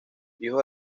hijo